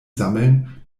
sammeln